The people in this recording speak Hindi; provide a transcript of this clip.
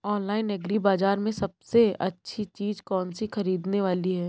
ऑनलाइन एग्री बाजार में सबसे अच्छी चीज कौन सी ख़रीदने वाली है?